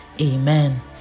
Amen